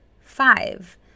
Five